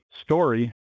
story